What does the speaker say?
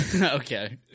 Okay